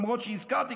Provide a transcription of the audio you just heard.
למרות שהזכרתי,